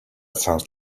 sounds